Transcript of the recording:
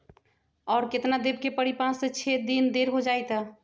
और केतना देब के परी पाँच से छे दिन देर हो जाई त?